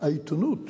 העיתונות